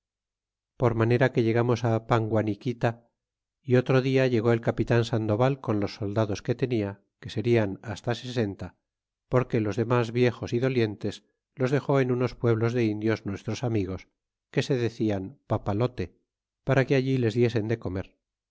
por manera que llegarnos panguaniquita é otro dia llegó el capitan sandoval con los soldados que tenia que serian hasta sesenta porque los lemas viejos y dolientes los dexó en unos pueblos de indios nuestros amigos que se decian papalote para que allí les diesen de comer